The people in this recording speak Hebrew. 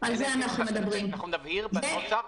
אלא אם כן --- בדיוק.